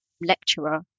lecturer